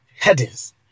headings